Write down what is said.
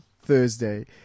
Thursday